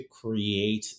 create